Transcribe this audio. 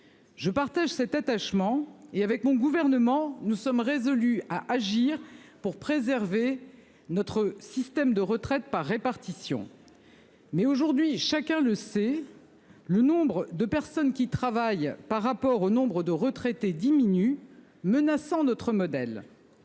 Je partage cet attachement et avec mon gouvernement. Nous sommes résolus à agir pour préserver notre système de retraite par répartition. Mais aujourd'hui, chacun le sait le nombre de personnes qui travaillent par rapport au nombre de retraités diminuent menaçant notre modèle.